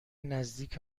نزدیک